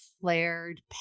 flared